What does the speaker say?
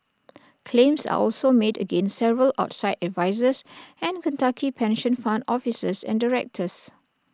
claims are also made against several outside advisers and Kentucky pension fund officers and directors